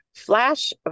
Flash